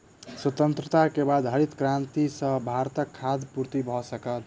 स्वतंत्रता के बाद हरित क्रांति सॅ भारतक खाद्य पूर्ति भ सकल